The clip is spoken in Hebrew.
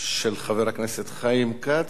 של חבר הכנסת חיים כץ.